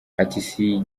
ati